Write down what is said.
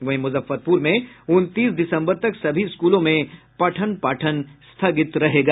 वहीं मुजफ्फरपुर में उनतीस दिसम्बर तक सभी स्कूलों में पठन पाठन स्थगित रहेगा